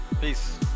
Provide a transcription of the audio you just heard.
Peace